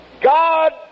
God